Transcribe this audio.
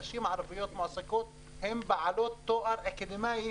נשים ערביות מועסקות הן בעלות תואר אקדמי,